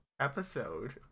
Episode